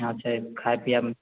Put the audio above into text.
यहाँ छै खाय पीएमे